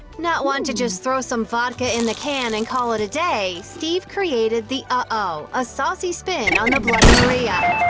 not one to just throw some vodka in the can and call it a day, steve created the ah oh, a saucy spin on the bloody maria.